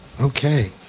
Okay